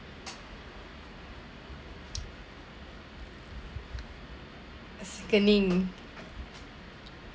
sickening